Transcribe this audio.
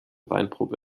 weinprobe